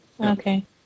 Okay